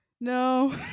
no